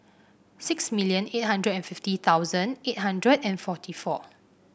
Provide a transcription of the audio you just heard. six million eight hundred and fifty thousand eight hundred and forty four